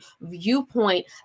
viewpoint